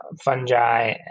fungi